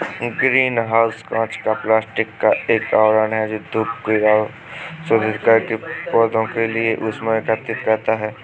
green house कांच या plastic का एक आवरण है जो धूप को अवशोषित करके पौधों के लिए ऊष्मा एकत्रित करता है